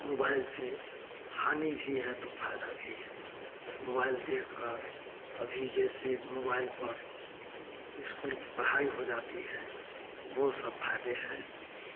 mobile से हानि भी है तो फ़ायदा भी है मोबाइल देखकर अभी जैसे मोबाइल पर स्कूल की पढ़ाई हो जाती है वह सब फ़ायदे हैं